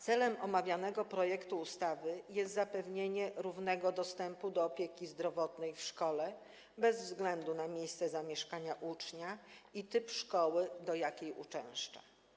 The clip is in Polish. Celem omawianego projektu ustawy jest zapewnienie równego dostępu do opieki zdrowotnej w szkołach bez względu na miejsce zamieszkania ucznia i typ szkoły, do jakiej uczęszcza.